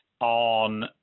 on